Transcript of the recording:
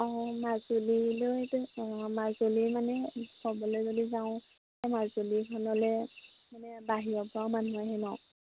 অঁ মাজুলীলৈ অঁ মাজুলী মানে ক'বলৈ যদি যাওঁ মাজুলীখনলৈ মানে বাহিৰৰ পৰাও মানুহ আহে ন